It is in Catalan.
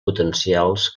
potencials